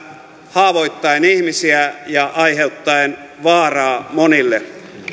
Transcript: haavoittaen ihmisiä ja aiheuttaen vaaraa monille